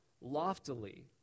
Loftily